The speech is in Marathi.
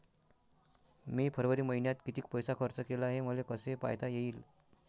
मी फरवरी मईन्यात कितीक पैसा खर्च केला, हे मले कसे पायता येईल?